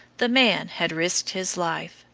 the man had risked his life,